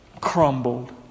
crumbled